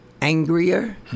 angrier